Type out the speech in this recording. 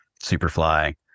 Superfly